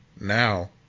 now